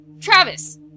Travis